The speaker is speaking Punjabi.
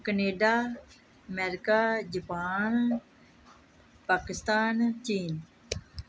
ਕਨੇਡਾ ਅਮੈਰਿਕਾ ਜਪਾਨ ਪਾਕਿਸਤਾਨ ਚੀਨ